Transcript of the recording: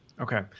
Okay